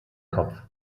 kopf